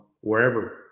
wherever